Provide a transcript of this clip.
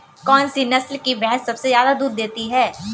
कौन सी नस्ल की भैंस सबसे ज्यादा दूध देती है?